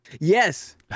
yes